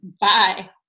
Bye